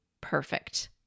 perfect